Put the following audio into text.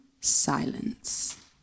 Silence